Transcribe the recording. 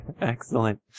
Excellent